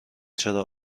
چرا